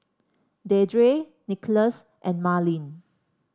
Deirdre Nicholas and Marlyn